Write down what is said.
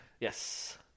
Yes